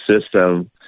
system